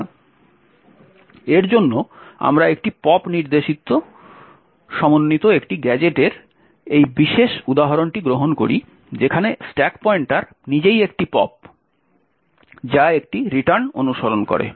সুতরাং এর জন্য আমরা একটি পপ নির্দেশ সমন্বিত একটি গ্যাজেটের এই বিশেষ উদাহরণটি গ্রহণ করি যেখানে স্ট্যাক পয়েন্টার নিজেই একটি পপ যা একটি রিটার্ন অনুসরণ করে